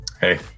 Hey